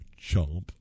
Chomp